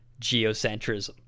geocentrism